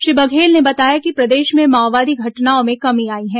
श्री बघेल ने बताया कि प्रदेश में माओवादी घटनाओं में कमी आई है